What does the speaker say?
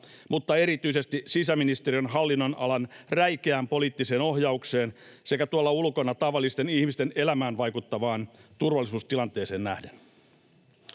mutta erityisesti sisäministeriön hallinnonalan räikeän poliittiseen ohjaukseen sekä tuolla ulkona tavallisten ihmisten elämään vaikuttavaan turvallisuustilanteeseen nähden.